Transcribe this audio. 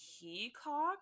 Peacock